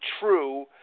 true